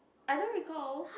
I don't recall